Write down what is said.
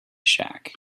shack